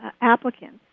applicants